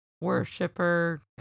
worshiper